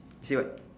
say what